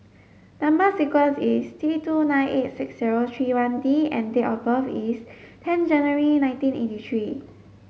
number sequence is T two nine eight six zero three one D and date of birth is ten January nineteen eighty three